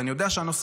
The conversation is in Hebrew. ואני יודע שהנושא,